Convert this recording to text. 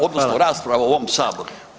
odnosno rasprava u ovom Saboru.